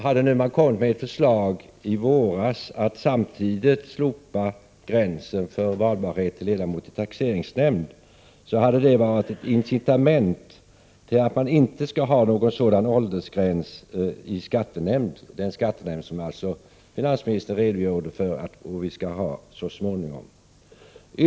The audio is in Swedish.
Hade riksdagen i våras lagt fram ett förslag om slopande av gränsen för valbarhet som ledamot i taxeringsnämnd samtidigt med slopandet av gränsen för nämndeman i domstol skulle det ha varit ett incitament till att det inte skall finnas någon sådan åldersgräns i skattenämnd — den skattenämnd som vi enligt finansministerns redogörelse så småningom skall ha.